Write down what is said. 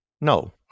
No